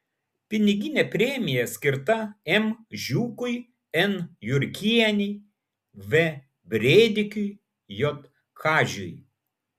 piniginė premija skirta m žiūkui n jurkienei v brėdikiui j kažiui